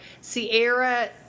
Sierra